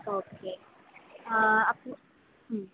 okay അപ്പോൾ മ്